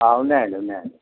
ఉన్నాయండి ఉన్నాయండి